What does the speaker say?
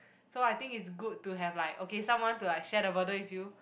so I think it's good to have like okay someone to like share the burden with you